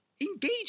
engage